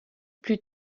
plus